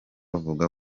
avuga